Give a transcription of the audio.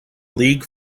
league